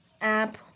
app